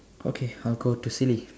okay I'll go to silly